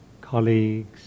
colleagues